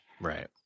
Right